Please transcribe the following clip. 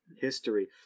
History